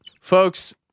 Folks